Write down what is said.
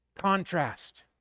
Contrast